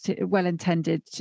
well-intended